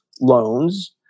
loans